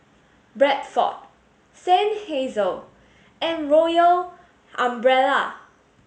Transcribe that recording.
Bradford Seinheiser and Royal Umbrella